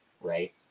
right